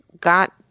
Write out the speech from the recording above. got